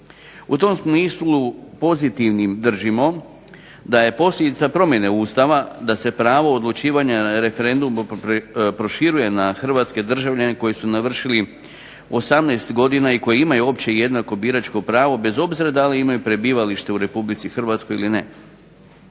U tom smislu pozitivnim držimo da je posljedica promjene Ustava da se pravo odlučivanja na referendumu proširuje na Hrvatske državljane koji su navršili 18 godina i koji imaju opće biračko pravo bez obzira da li imaju prebivalište u Republici Hrvatskoj ili ne.